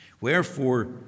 Wherefore